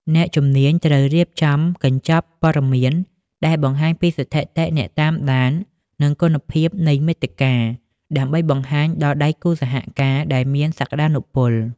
អ្នកជំនាញត្រូវរៀបចំកញ្ចប់ព័ត៌មាន ដែលបង្ហាញពីស្ថិតិអ្នកតាមដាន និងគុណភាពនៃមាតិកា ដើម្បីបង្ហាញដល់ដៃគូសហការដែលមានសក្តានុពល។